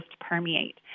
permeate